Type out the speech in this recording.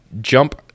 jump